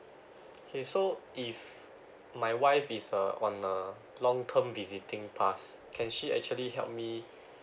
okay so if my wife is uh on a long term visiting pass can she actually help me